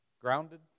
Grounded